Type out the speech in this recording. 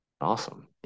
awesome